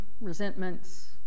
resentments